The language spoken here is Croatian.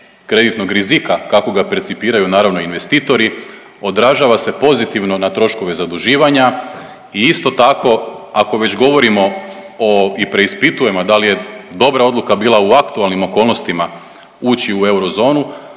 kreditnog rizika kako ga percipiraju naravno investitori odražava se pozitivno na troškove zaduživanja i isto tako ako već govorimo o, i preispitujemo da li je dobra odluka bila u aktualnim okolnostima ući u eurozonu